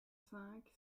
cinq